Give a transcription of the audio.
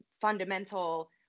fundamental